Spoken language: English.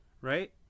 right